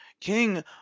King